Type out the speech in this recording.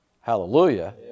hallelujah